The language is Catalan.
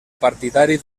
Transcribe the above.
partidari